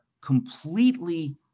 completely